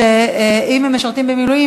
שאם הם משרתים במילואים,